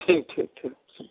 ठीक ठीक ठीक है ठीक है